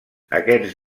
aquests